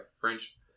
French